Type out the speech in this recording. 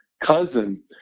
cousin